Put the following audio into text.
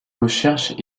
recherche